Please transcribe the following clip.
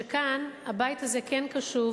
שכאן, הבית הזה כן קשוב,